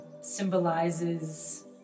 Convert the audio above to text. symbolizes